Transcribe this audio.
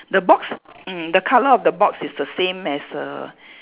the box mm the colour of the box is the same as the